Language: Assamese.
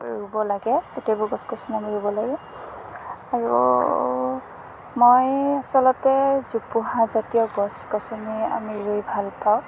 ৰুব লাগে গোটেইবোৰ গছ গছনি আমি ৰুব লাগে আৰু মই আচলতে জোপোহা জাতীয় গছ গছনি আমি ৰুই ভাল পাওঁ